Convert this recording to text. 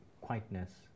quietness